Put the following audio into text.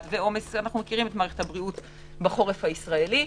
ועומס אנחנו מכירים את מערכת הבריאות בחורף הישראלי,